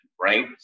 Right